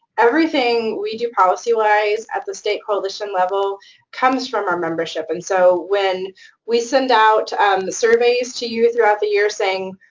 everything we do policy-wise at the state coalition level comes from our membership, and so when we send out um the surveys to you throughout the year saying,